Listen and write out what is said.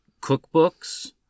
cookbooks